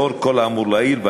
לאור כל האמור לעיל,